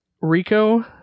Rico